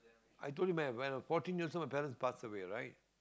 I told you when I was fourteen years old my parents pass away right